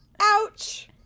ouch